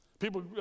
People